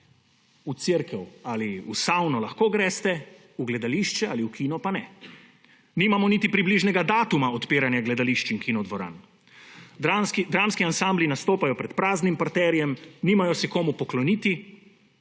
V cerkev ali v savno lahko greste, v gledališče ali v kino pa ne. Nimamo niti približnega datuma odpiranja gledališč in kinodvoran. Dramski ansambli nastopajo pred praznim parterjem, nimajo se komu pokloniti.